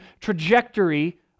trajectory